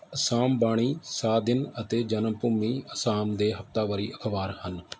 ਅਸਾਮ ਬਾਣੀ ਸਾਦਿਨ ਅਤੇ ਜਨਮਭੂਮੀ ਅਸਾਮ ਦੇ ਹਫਤਾਵਾਰੀ ਅਖ਼ਬਾਰ ਹਨ